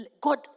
God